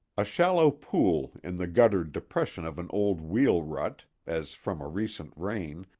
a shallow pool in the guttered depression of an old wheel rut, as from a recent rain,